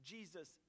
Jesus